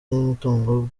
n’umutungo